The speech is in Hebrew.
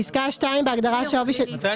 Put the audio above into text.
תסבירי.